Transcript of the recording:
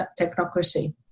technocracy